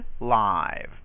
live